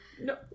No